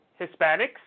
Hispanics